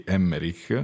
Emmerich